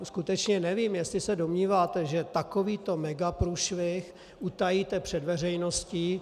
Skutečně nevím, jestli se domníváte, že takovýto megaprůšvih utajíte před veřejností.